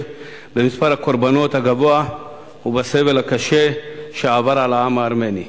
במספר הקורבנות הגבוה ובסבל הקשה שעבר העם הארמני.